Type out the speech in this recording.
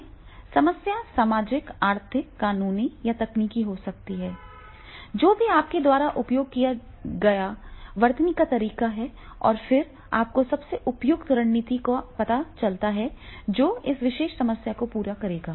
समस्या सामाजिक आर्थिक कानूनी या तकनीकी हो सकती है जो भी आपके द्वारा उपयोग किए गए वर्तनी का तरीका है और फिर आपको सबसे उपयुक्त रणनीति का पता चलता है जो इस विशेष समस्या को पूरा करेगा